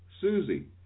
Susie